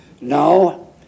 No